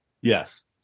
yes